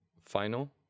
final